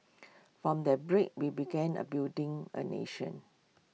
from that break we began A building A nation